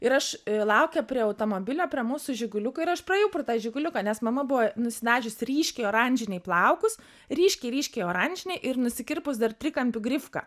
ir aš laukė prie automobilio prie mūsų žiguliuko ir aš praėjau pro tą žiguliuką nes mama buvo nusidažiusi ryškiai oranžiniai plaukus ryškiai ryškiai oranžiniai ir nusikirpus dar trikampiu grifką